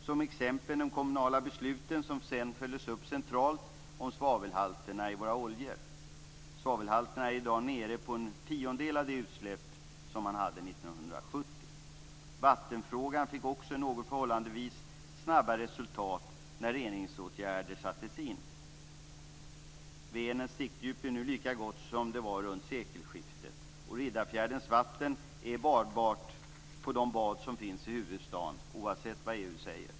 Ett exempel är de kommunala besluten som sedan följdes upp centralt om svavelhalterna i våra oljor. Svavelhalterna är i dag nere på en tiondel av de utsläpp som man hade 1970. Vattenfrågan fick också förhållandevis snabba resultat när reningsåtgärder sattes in. Vänerns siktdjup är nu lika gott som det var runt sekelskiftet. Riddarfjärdens vatten är badbart vid de bad som finns i huvudstaden - oavsett vad EU säger.